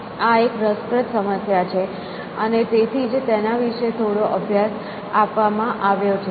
આ એક રસપ્રદ સમસ્યા છે અને તેથી જ તેના વિશે થોડો અભ્યાસ આપવામાં આવ્યો છે